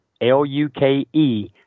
L-U-K-E